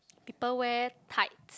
people wear tights